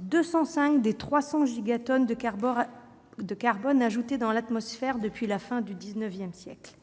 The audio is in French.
205 des 300 gigatonnes de carbone rejetées dans l'atmosphère depuis la fin du XIX siècle.